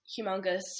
humongous